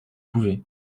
pouvez